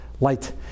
light